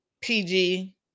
PG